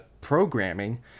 programming